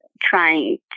trying